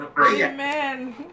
Amen